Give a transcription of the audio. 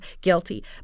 guilty